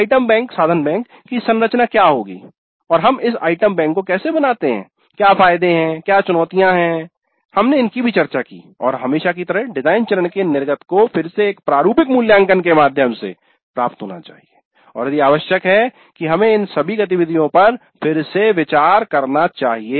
item bank की संरचना क्या होगी और हम इस आइटम बैंक को कैसे बनाते हैं क्या फायदे हैं क्या चुनौतियां हैं हमने इनकी भी चर्चा की और हमेशा की तरह डिजाइन चरण के निर्गत को फिर से एक प्रारूपिक मूल्यांकन के माध्यम से प्राप्त होना चाहिए और यदि आवश्यक है कि हमें इन सभी गतिविधियों पर फिर से विचार करना चाहिए